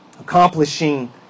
accomplishing